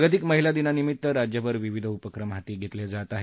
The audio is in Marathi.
जागतिक महिला दिनानिमित्त राज्यभर विविध उपक्रम हाती घेतले जात आहेत